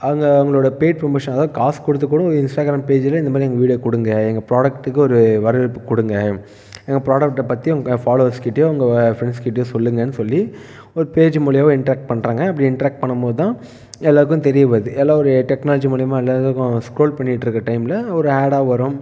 அங்கே அவங்களோடய paid promotion அதான் காசு கொடுத்துகூட இன்ஸ்டாகிராம் பேஜில் இந்தமாதிரி எங்கள் வீடியோவை கொடுங்க எங்கள் ப்ராடெக்ட்டுக்கு ஒரு வரவேற்பு கொடுங்க எங்கள் ப்ராடெக்ட்டை பற்றி உங்கள் ஃபாலோவர்ஸ்கிட்டேயும் உங்கள் ஃப்ரெண்ட்ஸ்கிட்டேயும் சொல்லுங்கன்னு சொல்லி ஒரு பேஜு மூலிமா இன்ட்ராக்ட் பண்ணுறாங்க அப்படி இன்ட்ராக்ட் பண்ணும் போது தான் எல்லோருக்கும் தெரிய வருது எல்லாம் ஒரு டெக்னாலஜி மூலிமா எல்லோருக்கும் ஸ்க்ரோல் பண்ணிக்கிட்டு இருக்கிற டைமில் ஒரு ஆடாக வரும்